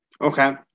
Okay